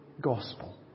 gospel